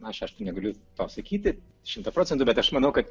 aš aš negaliu to sakyti šimtą procentų bet aš manau kad